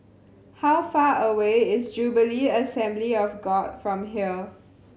how far away is Jubilee Assembly of God from here